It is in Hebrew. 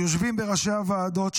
ליושבים בראשות הוועדות,